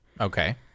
Okay